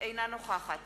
אינה נוכחת